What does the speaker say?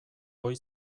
ohi